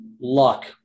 luck